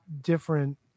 different